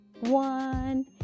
One